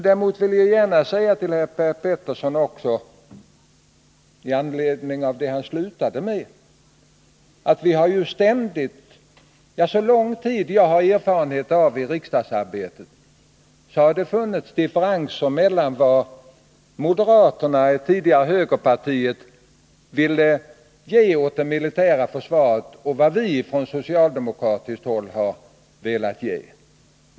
Däremot vill jag gärna säga till Per Petersson, med anledning av det han slutade med att säga, att det ju ständigt, ja, under så lång tid som jag har erfarenhet av i mitt riksdagsarbete, har funnits differenser mellan vad moderaterna — det tidigare högerpartiet — velat ge åt det militära försvaret och vad vi från socialdemokratiskt håll har velat ge.